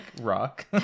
rock